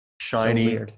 Shiny